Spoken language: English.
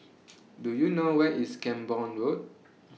Do YOU know Where IS Camborne Road